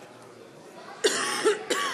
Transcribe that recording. קיש,